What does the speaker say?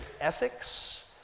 ethics